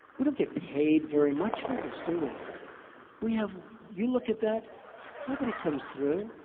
we don't get paid very much for this, do we? we have you look at that, nobody comes through.